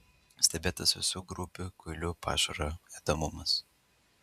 stebėtas visų grupių kuilių pašaro ėdamumas